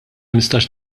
nistax